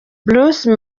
bruce